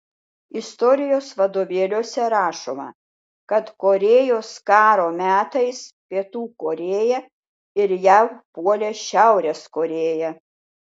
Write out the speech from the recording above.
istorijos vadovėliuose rašoma kad korėjos karo metais pietų korėja ir jav puolė šiaurės korėją